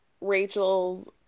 Rachel's